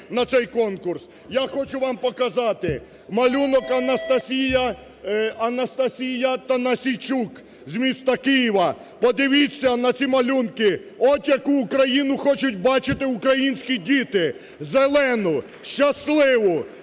Я хочу вам показати малюнок Анастасії Танасійчук з міста Києва. Подивіться на ці малюнки. От яку Україну хочуть бачити українські діти – зелену, щасливу,